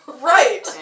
Right